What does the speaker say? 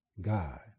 God